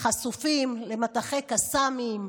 חשופים למטחי קסאמים.